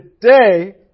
today